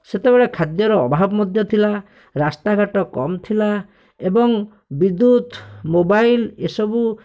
ସେତେବେଳେ ଖାଦ୍ୟର ଅଭାବ ମଧ୍ୟ ଥିଲା ରାସ୍ତାଘାଟ କମ୍ ଥିଲା ଏବଂ ବିଦ୍ୟୁତ୍ ମୋବାଇଲ୍ ଏସବୁ